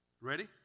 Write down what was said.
Ready